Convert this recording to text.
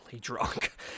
drunk